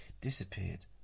disappeared